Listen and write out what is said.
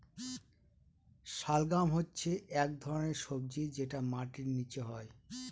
শালগাম হচ্ছে এক ধরনের সবজি যেটা মাটির নীচে হয়